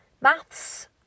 maths